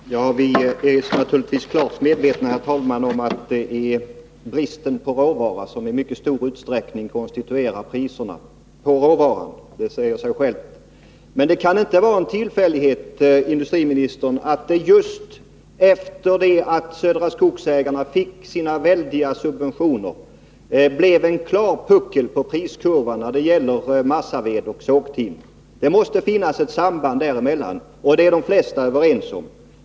Herr talman! Vi är naturligtvis klart medvetna om att det i stor utsträckning är bristen på råvara som konstituerar priserna — det säger sig självt. Men det kan inte vara en tillfällighet, industriministern, att det just efter det att Södra Skogsägarna fick sina väldiga subventioner blev en klar puckel på priskurvan när det gäller massaved och sågtimmer. De flesta är överens om att det måste finnas ett samband där emellan.